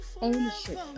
ownership